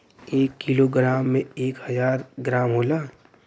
एक kilogram में एक हजार ग्राम होला